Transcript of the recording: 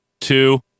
two